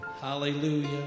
Hallelujah